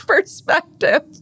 Perspective